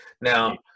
now